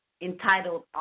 entitled